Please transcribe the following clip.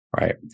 right